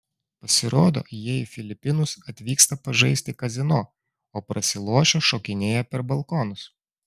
pasirodo jie į filipinus atvyksta pažaisti kazino o prasilošę šokinėja per balkonus